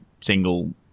single